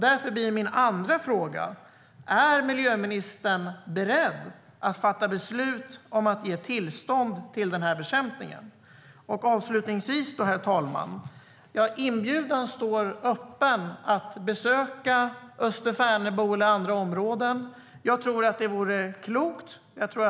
Därför blir min andra fråga: Är miljöministern beredd att fatta beslut om tillstånd för den här bekämpningen? Avslutningsvis står inbjudan att besöka Österfärnebo eller andra områden öppen. Det vore klokt att göra det.